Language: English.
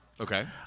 Okay